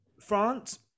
france